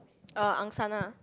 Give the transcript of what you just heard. uh Angsana